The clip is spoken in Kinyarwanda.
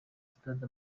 sitade